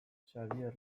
xabier